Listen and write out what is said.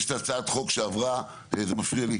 יש את הצעת החוק שעברה זה מפריע לי,